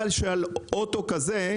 על אוטו כזה,